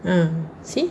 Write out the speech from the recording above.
a'ah see